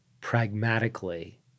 pragmatically